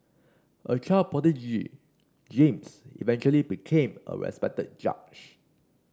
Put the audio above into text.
a child prodigy James eventually became a respected judge